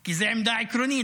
כי זאת עמדה עקרונית.